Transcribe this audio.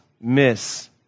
miss